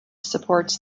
supports